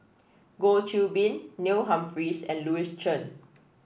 Goh Qiu Bin Neil Humphreys and Louis Chen